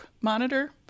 monitor